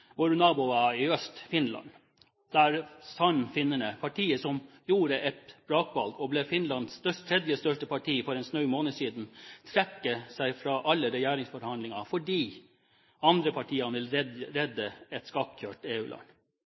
våre naboer i øst, til Finland, der Sannfinnene – partiet som gjorde et brakvalg og ble Finlands tredje største parti for en snau måned siden – nå trekker seg fra alle regjeringsforhandlinger fordi andre partier vil redde